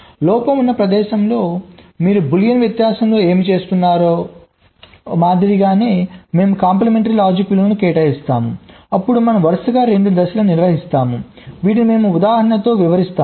లోపం ఉన్న ప్రదేశంలో మీరు బూలియన్ వ్యత్యాసంలో ఏమి చేస్తున్నారో మాదిరిగానే మేము కాంప్లిమెంటరీ లాజిక్ విలువను కేటాయిస్తాము అప్పుడు మనము వరుసగా 2 దశలను నిర్వహిస్తాము వీటిని మేము ఉదాహరణతో వివరిస్తాము